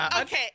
Okay